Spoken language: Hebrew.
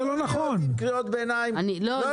זה נוהג שקיים כבר שנים רבות מאוד בהתאם לחוק.